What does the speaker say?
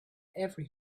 every